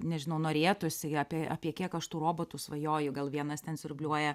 nežinau norėtųsi apie apie kiek aš tų robotų svajoju gal vienas ten siurbliuoja